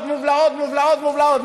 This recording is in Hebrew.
מובלעות מובלעות מובלעות מובלעות.